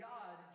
God